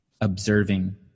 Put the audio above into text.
observing